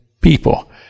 people